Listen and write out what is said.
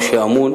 הצבא הוא שאמון,